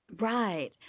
Right